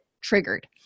triggered